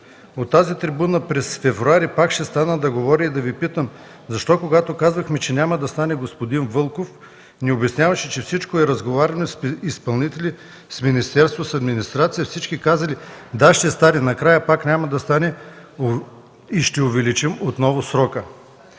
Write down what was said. От тази трибуна през февруари пак станах да говоря и да Ви питам защо, когато казахме, че няма да стане, господин Вълков ни обясняваше, че за всичко е разговаряно – с изпълнители, с министерства, с администрация. Всички казали „Да, ще стане”. Накрая пък няма да стане и ще увеличим отново срока.